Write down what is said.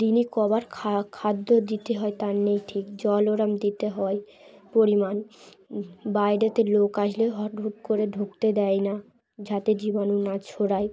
দিনে কবার খা খাদ্য দিতে হয় তার নেই ঠিক জল ওরম দিতে হয় পরিমাণ বাইরেতে লোক আসলে হট হুট করে ঢুকতে দেয় না যাতে জীবাণু না ছড়ায়